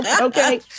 Okay